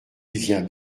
vient